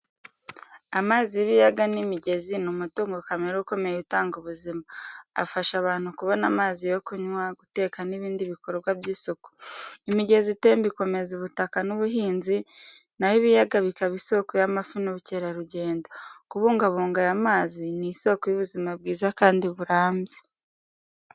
Amazi y’ibiyaga n’imigezi ni umutungo kamere ukomeye utanga ubuzima. Afasha abantu kubona amazi yo kunywa, guteka n’ibindi bikorwa by’isuku. Imigezi itemba ikomeza ubutaka n’ubuhinzi, na ho ibiyaga bikaba isoko y’amafi n’ubukerarugendo. Kubungabunga aya mazi ni isoko y’ubuzima bwiza kandi burambye.